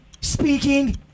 Speaking